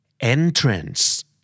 Entrance